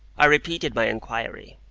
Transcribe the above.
i repeated my inquiry.